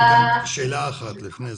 שאלה אחת לפני זה.